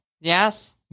Yes